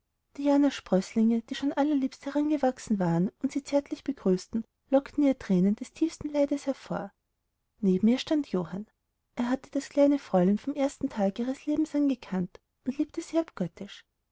freunde dianas sprößlinge die schon allerliebst herangewachsen waren und sie zärtlich begrüßten lockten ihr thränen des tiefsten leides hervor neben ihr stand johann er hatte das kleine fräulein vom ersten tage ihres lebens an gekannt und liebte sie abgöttisch